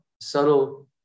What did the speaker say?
subtle